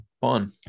fun